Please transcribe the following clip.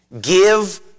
Give